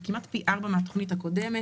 זה כמעט פי ארבעה מהתוכנית הקודמת.